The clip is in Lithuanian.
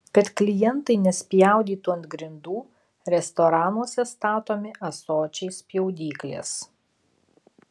kad klientai nespjaudytų ant grindų restoranuose statomi ąsočiai spjaudyklės